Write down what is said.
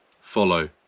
follow